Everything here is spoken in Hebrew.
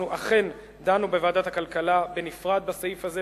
אנחנו אכן דנו בוועדת הכלכלה בנפרד בסעיף הזה.